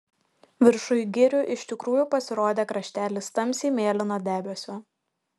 viršuj girių iš tikrųjų pasirodė kraštelis tamsiai mėlyno debesio